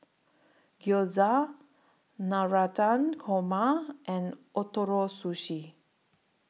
Gyoza Navratan Korma and Ootoro Sushi